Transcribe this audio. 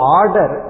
order